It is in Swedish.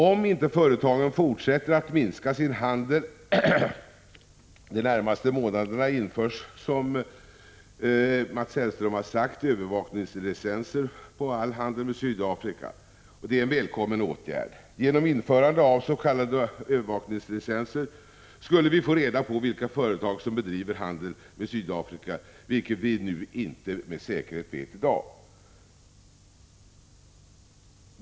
Om inte företagen fortsätter att minska sin handel de närmaste månaderna införs, som Mats Hellström sagt, övervakningslicenser på all handel med Sydafrika. Detta är en välkommen åtgärd. Genom införande av s.k. övervakningslicenser skulle vi få reda på vilka företag som bedriver handel med Sydafrika, vilket vi inte med säkerhet vet i dag.